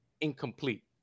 incomplete